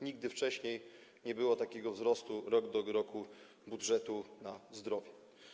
Nigdy wcześniej nie było takiego wzrostu rok do roku budżetu na zdrowie.